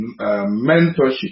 mentorship